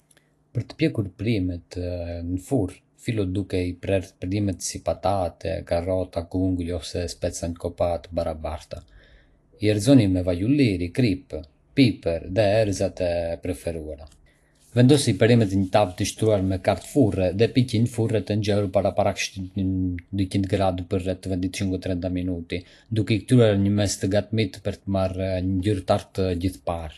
Për të pjekur perimet në furrë, fillo duke i prerë perimet si patate, karrota, kunguj ose speca në copa të barabarta. I erëzoni me vaj ulliri, kripë, piper dhe erëzat e preferuara. Vendosi perimet në një tavë të shtruar me kart furre dhe piqi në furrën e nxehur paraprakisht në dyqind gradë për rreth vinticinqu-trenta minuta, duke i kthyer në mes të gatimit për të marrë një ngjyrë të artë gjith par.